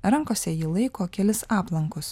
rankose ji laiko kelis aplankus